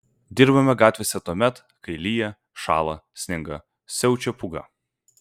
dirbame gatvėse tuomet kai lyja šąla sninga siaučia pūga